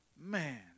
Man